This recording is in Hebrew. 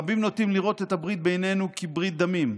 רבים נוטים לראות את הברית בינינו כברית דמים.